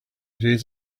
days